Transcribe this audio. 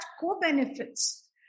co-benefits